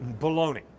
Baloney